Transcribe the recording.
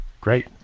great